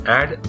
add